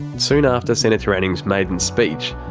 soon after senator anning's maiden speech,